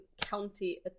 County